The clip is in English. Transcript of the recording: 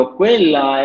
quella